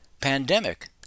pandemic